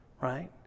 right